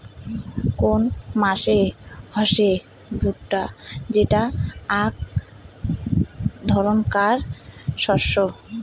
corn মানে হসে ভুট্টা যেটা আক ধরণকার শস্য